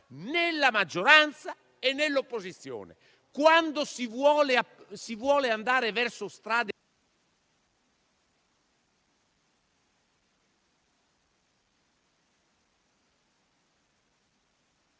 nella maggioranza e nell'opposizione. Quando si vuole andare verso strade...